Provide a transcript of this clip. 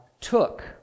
took